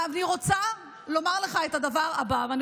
אני רוצה לומר לך את הדבר הזה,